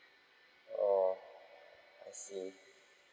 oh I see